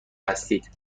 هستید